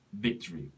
victory